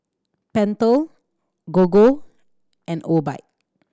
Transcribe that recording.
Pentel Gogo and Obike